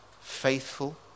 faithful